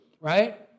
right